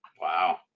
Wow